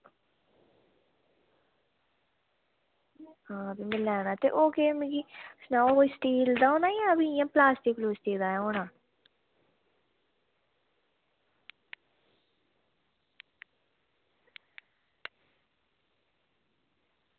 आं ते में लैना ते ओह् केह् मिगी सनाई ओड़ो कि स्टील दा होना जां ओह् इंया प्लास्टिक दा होना